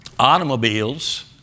Automobiles